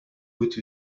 which